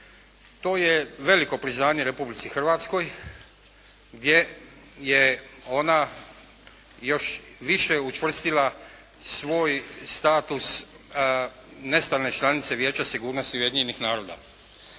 To je veliko priznanje Republici Hrvatskoj gdje je ona još više učvrstila svoj status nestalne članice Vijeća sigurnosti Ujedinjenih naroda.